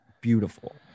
beautiful